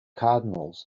cardinals